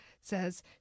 says